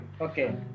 Okay